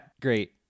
Great